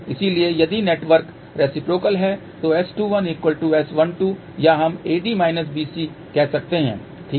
इसलिए यदि network reciprocal है तो S21S12 या हम AD BC1 कह सकते हैं ठीक